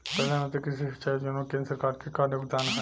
प्रधानमंत्री कृषि सिंचाई योजना में केंद्र सरकार क का योगदान ह?